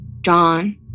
John